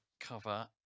cover